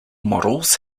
models